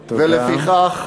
ולפיכך,